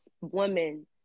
women